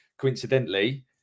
Coincidentally